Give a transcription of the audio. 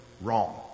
wrong